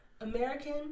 American